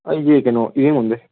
ꯑꯩꯁꯦ ꯀꯩꯅꯣ ꯏꯔꯦꯡꯕꯝꯗꯒꯤ